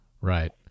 Right